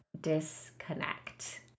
disconnect